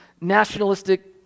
nationalistic